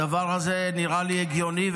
הדבר הזה נראה לי הגיוני,